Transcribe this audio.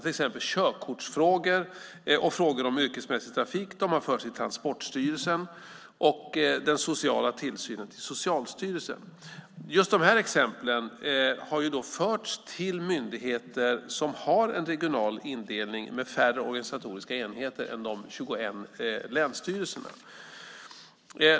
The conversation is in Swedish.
Till exempel har körkortsfrågor och frågor om yrkesmässig trafik förts över till Transportstyrelsen och den sociala tillsynen till Socialstyrelsen. Just det här är exempel på uppgifter som har förts till myndigheter som har en regional indelning med färre organisatoriska enheter än de 21 länsstyrelserna.